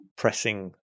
Pressing